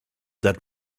that